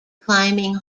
climbing